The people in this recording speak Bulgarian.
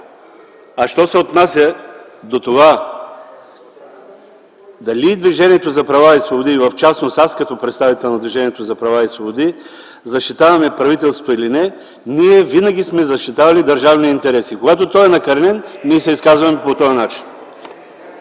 Що се отнася до това дали Движението за права и свободи и аз в частност като представител на Движението за права и свободи защитаваме правителството или не, ние винаги сме защитавали държавния интерес и когато той е накърнен, ние се изказваме по този начин.